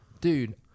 dude